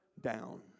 down